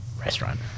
restaurant